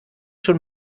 schon